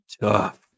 tough